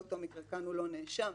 וכאן הוא לא נאשם,